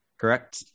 Correct